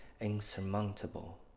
insurmountable